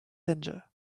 danger